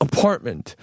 Apartment